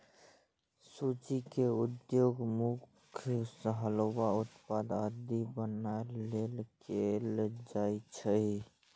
सूजी के उपयोग मुख्यतः हलवा, उपमा आदि बनाबै लेल कैल जाइ छै